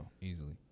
easily